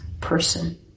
person